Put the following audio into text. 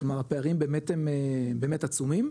כלומר הפערים באמת הם באמת עצומים,